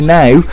now